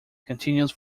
continuous